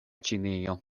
ĉinio